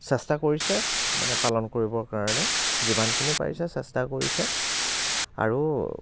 চেষ্টা কৰিছে মানে পালন কৰিবৰ কাৰণে যিমানখিনি পাৰিছে চেষ্টা কৰিছে আৰু